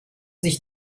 sich